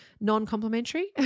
non-complimentary